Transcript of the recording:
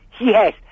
Yes